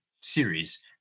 series